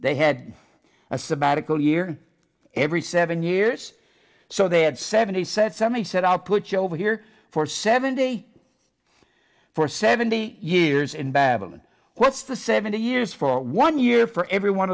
they had a sabbatical year every seven years so they had seven he said somebody said i'll put you over here for seventy four seventy years and babbling what's the seventy years for one year for every one